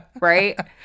right